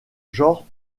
genre